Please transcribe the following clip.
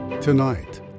Tonight